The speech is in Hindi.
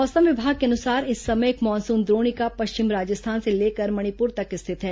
मौसम मौसम विभाग के अनुसार इस समय एक मानसून द्रोणिका पश्चिम राजस्थान से लेकर मणिपुर तक स्थित है